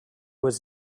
was